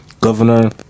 governor